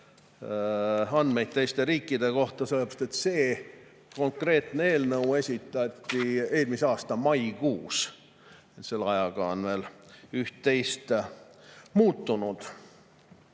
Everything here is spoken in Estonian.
andmeid teiste riikide kohta, sellepärast et see konkreetne eelnõu esitati eelmise aasta maikuus. Selle ajaga on üht-teist veel muutunud.